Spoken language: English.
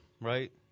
right